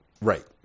right